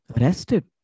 Arrested